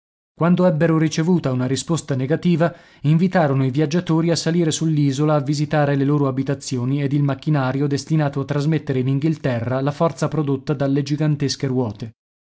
quando ebbero ricevuta una risposta negativa invitarono i viaggiatori a salire sull'isola a visitare le loro abitazioni ed il macchinario destinato a trasmettere in inghilterra la forza prodotta dalle gigantesche ruote